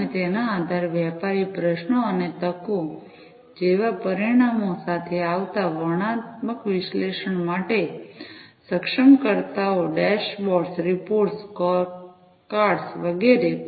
અને તેના આધારે વ્યાપારી પ્રશ્નો અને તકો જેવા પરિણામ સાથે આવતા વર્ણનાત્મક વિશ્લેષણ માટે સક્ષમકર્તાઓ ડેશબોર્ડ્સ રિપોર્ટ્સ સ્કોરકાર્ડ્સ વગેરે છે